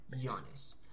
Giannis